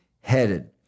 headed